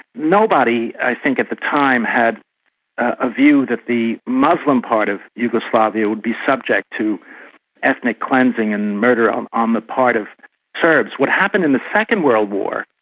nobody i think at the time, had a view that the muslim part of yugoslavia would be subject to ethnic cleansing and murder on on the part of serbs would happen in the second world war,